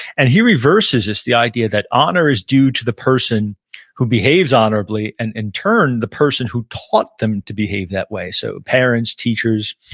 and he reverses this the idea that honor is due to the person who behaves honorably, and in turn, the person who taught them to behave that way, so parents, teachers,